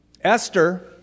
Esther